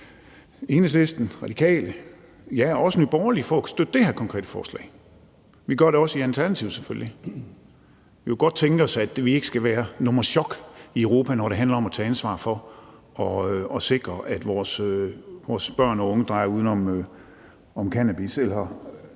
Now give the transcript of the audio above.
Enhedslisten, Radikale og også Nye Borgerlige for at støtte det – vi støtter det selvfølgelig også i Alternativet. Vi kunne godt tænke os, at vi ikke skal være nummer sjok i Europa, når det handler om at tage ansvar for at sikre, at vores børn og unge går uden om cannabis